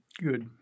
Good